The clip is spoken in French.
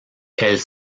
elles